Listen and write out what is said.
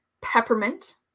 peppermint